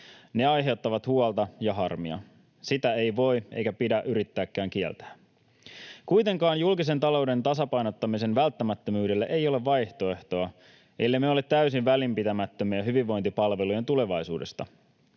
Ne aiheuttavat huolta ja harmia. Sitä ei voi eikä pidä yrittääkään kieltää. Kuitenkaan julkisen talouden tasapainottamisen välttämättömyydelle ei ole vaihtoehtoa, ellemme ole täysin välinpitämättömiä hyvinvointipalvelujen tulevaisuudesta.